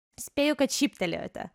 spėju kad šyptelėjote